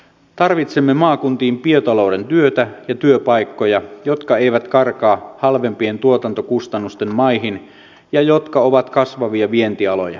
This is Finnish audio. tarvitsemme maakuntiin biotalouden työtä ja työpaikkoja jotka eivät karkaa halvempien tuotantokustannusten maihin ja jotka ovat kasvavia vientialoja